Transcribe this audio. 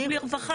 דיפרנציאלי.